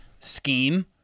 Scheme